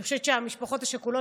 אני חושבת שהמשפחות השכולות,